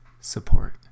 support